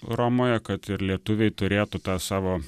romoje kad ir lietuviai turėtų tą savo